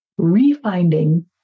refinding